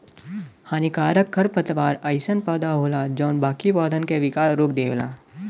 हानिकारक खरपतवार अइसन पौधा होला जौन बाकी पौधन क विकास रोक देवला